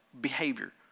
behavior